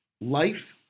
life